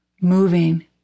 moving